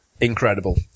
incredible